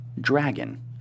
Dragon